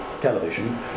television